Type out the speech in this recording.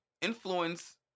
influence